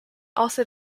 also